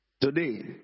Today